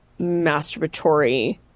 masturbatory